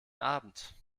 abend